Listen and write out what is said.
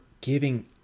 giving